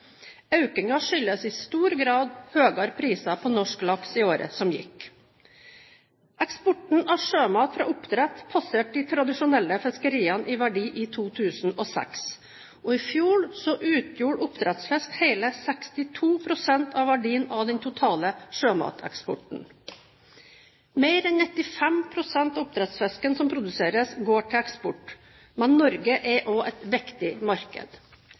skyldes i stor grad høyere priser på norsk laks i året som gikk. Eksporten av sjømat fra oppdrett passerte de tradisjonelle fiskeriene i verdi i 2006, og i fjor utgjorde oppdrettsfisk hele 62 pst. av verdien av den totale sjømateksporten. Mer enn 95 pst. av oppdrettsfisken som produseres, går til eksport, men Norge er også et viktig marked.